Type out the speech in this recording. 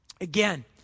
Again